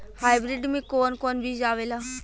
Hybrid में कोवन कोवन बीज आवेला?